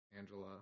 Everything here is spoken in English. Angela